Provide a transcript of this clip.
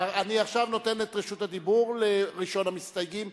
אני עכשיו נותן את רשות הדיבור לראשון המסתייגים,